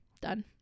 Done